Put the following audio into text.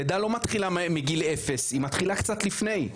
לידה לא מתחילה מגיל אפס היא מתחילה קצת לפני,